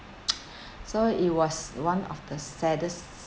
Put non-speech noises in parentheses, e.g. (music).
(noise) so it was one of the saddest